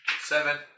Seven